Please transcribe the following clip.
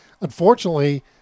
Unfortunately